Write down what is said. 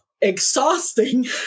exhausting